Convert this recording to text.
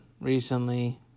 recently